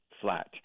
flat